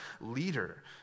leader